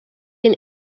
and